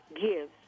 gives